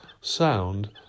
sound